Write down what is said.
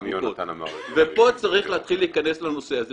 גם יונתן אמר --- ופה צריך להתחיל להיכנס לנושא הזה.